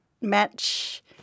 match